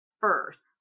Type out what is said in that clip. first